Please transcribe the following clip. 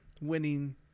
Winning